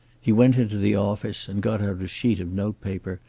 he went into the office and got out a sheet of note-paper,